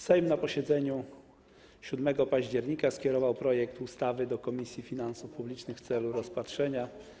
Sejm na posiedzeniu 7 października skierował projekt ustawy do Komisji Finansów Publicznych w celu rozpatrzenia.